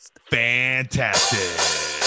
Fantastic